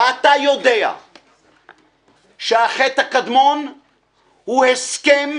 אתה יודע שהחטא הקדמון הוא הסכם